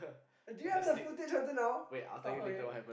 do you have the footage until now oh okay